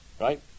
right